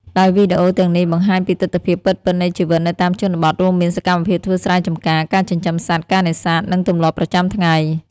ដោយវីដេអូទាំងនេះបង្ហាញពីទិដ្ឋភាពពិតៗនៃជីវិតនៅតាមជនបទ រួមមាន សកម្មភាពធ្វើស្រែចំការ ការចិញ្ចឹមសត្វ ការនេសាទ និងទម្លាប់ប្រចាំថ្ងៃ។